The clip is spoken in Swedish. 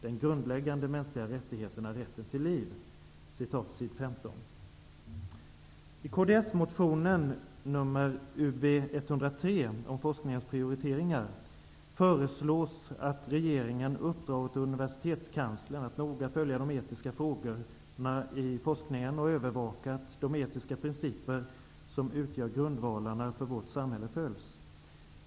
Den grundläggande mänskliga rättigheten är rätten till liv.'' ''Forskningens prioriteringar'', föreslås att regeringen uppdrar åt universitetskanslern att noga följa de etiska frågorna i forskningen och övervaka att de etiska principer som utgör grundvalarna för vårt samhälle följs.